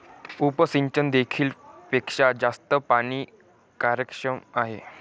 उपसिंचन देखील पेक्षा जास्त पाणी कार्यक्षम आहे